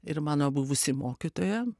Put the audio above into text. ir mano buvusi mokytoja